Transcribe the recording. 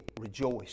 rejoice